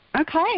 Okay